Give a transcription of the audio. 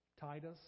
Titus